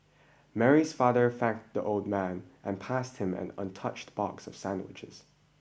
Mary's father thanked the old man and passed him an untouched box of sandwiches